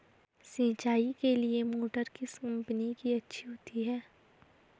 सिंचाई के लिए मोटर किस कंपनी की अच्छी है?